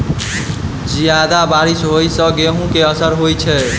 जियादा बारिश होइ सऽ गेंहूँ केँ असर होइ छै?